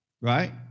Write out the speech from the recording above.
right